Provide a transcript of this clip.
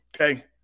okay